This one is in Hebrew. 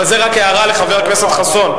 אבל זו רק הערה לחבר הכנסת חסון.